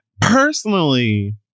Personally